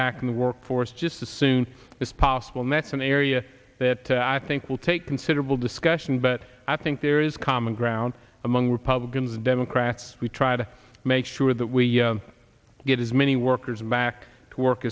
back in the workforce just as soon as possible mets an area that i think will take considerable discussion but i think there is common ground among republicans and democrats we try to make sure that we get as many workers back to work